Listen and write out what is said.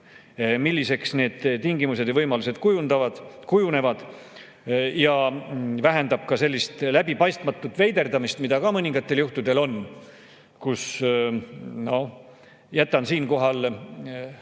milliseks need tingimused ja võimalused kujunevad. See vähendab ka sellist läbipaistmatut veiderdamist, mida mõningatel juhtudel on. Ma jätan siinkohal